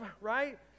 right